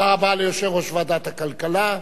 תודה רבה ליושב-ראש ועדת הכלכלה.